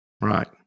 Right